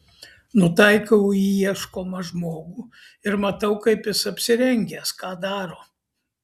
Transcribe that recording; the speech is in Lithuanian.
nutaikau į ieškomą žmogų ir matau kaip jis apsirengęs ką daro